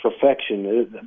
perfection